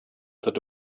that